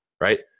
right